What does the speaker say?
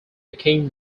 became